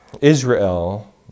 Israel